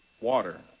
water